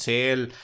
Sale